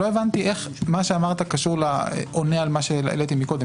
לא הבנתי איך מה שאמרת עונה על מה שהעליתי קודם.